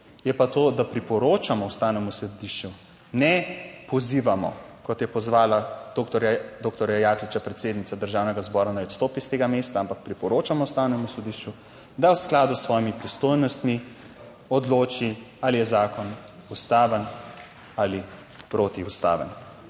je pa to, da priporočamo Ustavnemu sodišču, ne pozivamo, kot je pozvala doktor Jakliča, predsednica Državnega zbora, naj odstopi s tega mesta, ampak priporočamo Ustavnemu sodišču, da v skladu s svojimi pristojnostmi odloči, ali je zakon ustaven ali protiustaven.